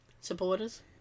Supporters